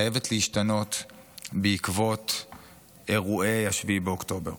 חייבת להשתנות בעקבות אירועי 7 באוקטובר.